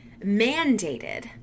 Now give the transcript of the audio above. mandated